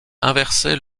inverser